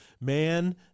man